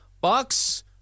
Bucks